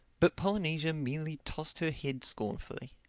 but polynesia merely tossed her head scornfully.